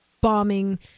bombing